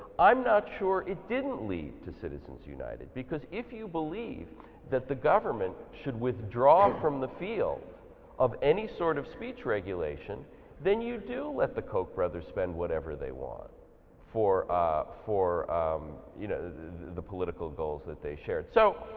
i'm not sure it didn't lead to citizens united because if you believe that the government should withdraw from the field of any sort of speech regulation then, you do let the koch brothers spend whatever they want for ah for you know the the political goals that they shared. so